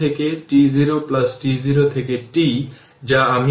সুতরাং এটি t 0 এ যে ইনিশিয়াল কারেন্ট ছিল I0